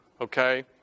Okay